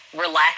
relax